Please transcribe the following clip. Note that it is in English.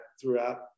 throughout